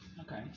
Okay